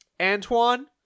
Antoine